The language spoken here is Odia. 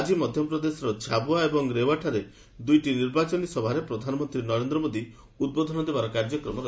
ଆଜି ମଧ୍ୟପ୍ରଦେଶର ଝାବୁଆ ଏବଂ ରେଓ୍ୱାରେ ଦୁଇଟି ନିର୍ବାଚନୀ ସଭାରେ ପ୍ରଧାନମନ୍ତ୍ରୀ ନରେନ୍ଦ୍ର ମୋଦି ଉଦ୍ବୋଧନ ଦେବାର କାର୍ଯ୍ୟକ୍ରମ ରହିଛି